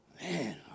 man